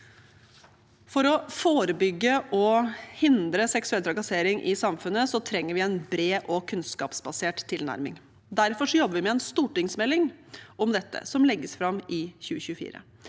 For å forebygge og hindre seksuell trakassering i samfunnet trenger vi en bred og kunnskapsbasert tilnærming. Derfor jobber vi med en stortingsmelding om dette, og den legges fram i 2024.